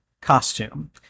costume